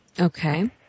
Okay